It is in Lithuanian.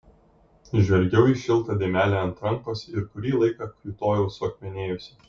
žvelgiau į šiltą dėmelę ant rankos ir kurį laiką kiūtojau suakmenėjusi